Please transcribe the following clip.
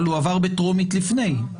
אבל הוא עבר בטרומית לפני כן.